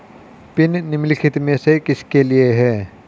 Pin निम्नलिखित में से किसके लिए है?